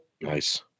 Nice